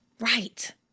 Right